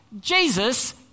Jesus